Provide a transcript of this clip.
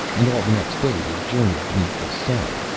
and all the next day they journeyed beneath the sun,